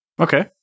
Okay